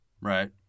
Right